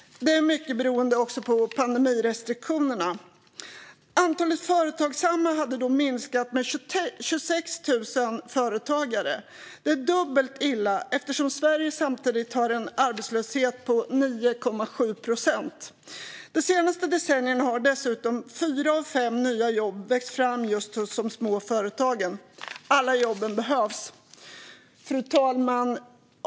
Det är mycket beroende också på pandemirestriktionerna. Antalet företagsamma hade då minskat med 26 000 företagare. Det är dubbelt illa eftersom Sverige samtidigt har en arbetslöshet på 9,7 procent. De senaste decennierna har dessutom fyra av fem nya jobb vuxit fram just hos de små företagen. Alla jobben behövs. Fru talman!